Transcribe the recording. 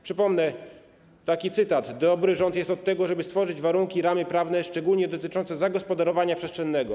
Przypomnę taki cytat: Dobry rząd jest od tego, żeby stworzyć warunki i ramy prawne, szczególnie dotyczące zagospodarowania przestrzennego.